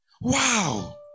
Wow